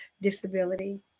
disability